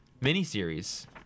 miniseries